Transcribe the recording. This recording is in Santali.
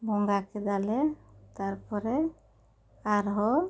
ᱵᱚᱸᱜᱟ ᱠᱮᱫᱟ ᱞᱮ ᱛᱟᱨᱯᱚᱨᱮ ᱟᱨ ᱦᱚᱸ